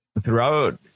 throughout